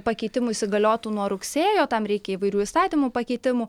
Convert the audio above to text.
pakeitimų įsigaliotų nuo rugsėjo tam reikia įvairių įstatymų pakeitimų